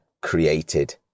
created